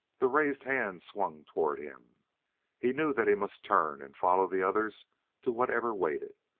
the raised hand swung toward him he knew that he must turn and follow the others to whatever awaited.